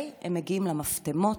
הם מגיעים למפטמות,